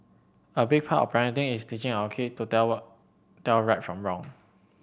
a big part of parenting is teaching our kid to tell tell right from wrong